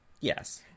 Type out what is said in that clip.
Yes